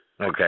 Okay